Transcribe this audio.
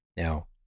Now